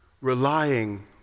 relying